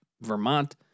Vermont